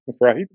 right